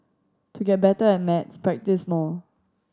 to get better at maths practise more